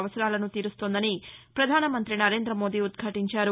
అవసరాలను తీరుస్తోందని పధానమంతి నరేందమోదీ ఉద్ఘటించారు